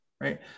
right